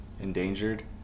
endangered